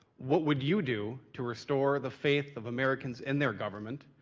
what would you do to restore the faith of americans in their government,